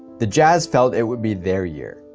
the jazz felt it would be their year.